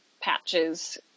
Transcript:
patches